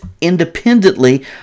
independently